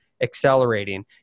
accelerating